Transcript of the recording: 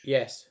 Yes